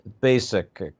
basic